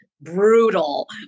brutal